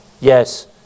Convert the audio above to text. yes